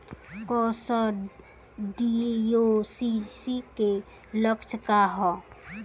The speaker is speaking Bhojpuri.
कोक्सीडायोसिस के लक्षण का ह?